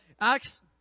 Acts